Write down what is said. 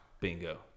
bingo